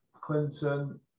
Clinton